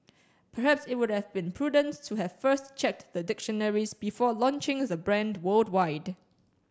perhaps it would have been prudent to have first checked the dictionaries before launching the brand worldwide